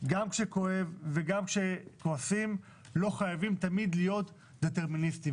גם כשכואב וגם כשכועסים לא חייבים תמיד להיות דטרמיניסטיים,